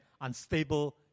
unstable